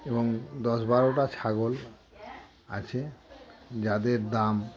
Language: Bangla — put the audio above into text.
এবং দশ বারোটা ছাগল আছে যাদের দাম